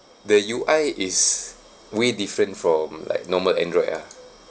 the U_I is way different from like normal android ah